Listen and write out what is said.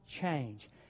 change